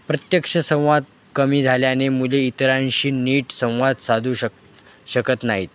प्रत्यक्ष संंवाद कमी झाल्याने मुले इतरांशी नीट संवाद साधू शक शकत नाहीत